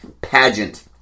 pageant